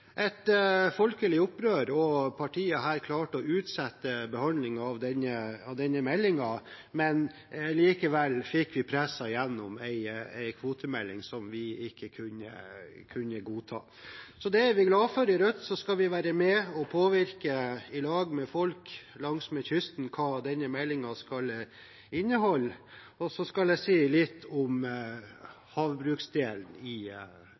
Et folkelig opprør – og partiet her klarte å utsette behandlingen av denne meldingen, men likevel ble det presset gjennom en kvotemelding som vi ikke kunne godta. Det er vi glad for i Rødt. Så skal vi sammen med folk langsmed kysten være med og påvirke hva denne meldingen skal inneholde. Så skal jeg si litt om havbruksdelen i